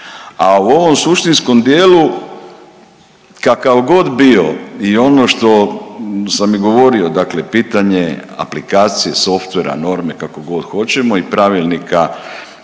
A u ovom suštinskom dijelu kakav god bio i ono što sam govorio, dakle pitanje aplikacije softvera, norme kako god hoćemo i pravilnika